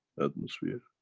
atmosphere?